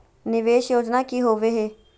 निवेस योजना की होवे है?